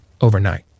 overnight